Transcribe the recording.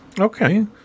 Okay